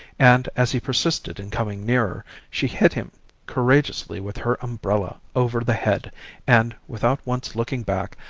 and as he persisted in coming nearer, she hit him courageously with her umbrella over the head and, without once looking back,